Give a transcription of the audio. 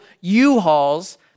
U-Hauls